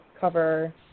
cover